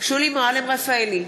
שולי מועלם-רפאלי,